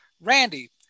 Randy